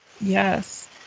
Yes